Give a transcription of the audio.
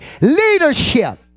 leadership